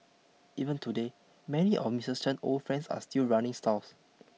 even today many of Mrs Chen old friends are still running stalls